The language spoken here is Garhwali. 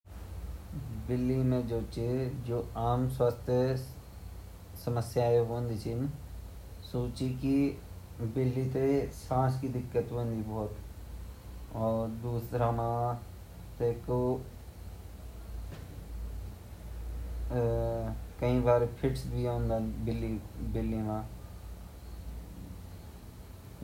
बिल्ल्युं ते ज़्यादा तर भोत ठण्ड लगदी अर वे ठन्डे बुदीन ऊ बीमार वे जांदा, उते जन उल्टिया लग जांदी अर युई चा अर उंगा बाला मा ता बिल्ल्यू माँ वनदे ची पिसा पूसा पड़ जांदा।